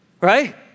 right